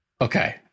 Okay